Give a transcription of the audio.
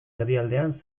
erdialdean